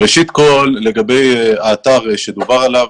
ראשית כל, לגבי האתר עליו דובר.